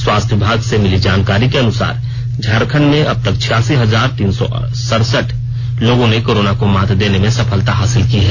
स्वास्थ्य विभाग से मिली जानकारी के अनुसार झारखंड में अब तक छियासी हजार तीन सौ सड़सठ लोगों ने कोरोना को मात देने में सफलता हासिल की है